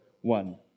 one